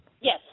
Yes